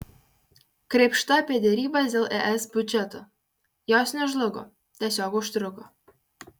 krėpšta apie derybas dėl es biudžeto jos nežlugo tiesiog užtruko